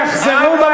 היא כבר לא עובדת.